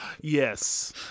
Yes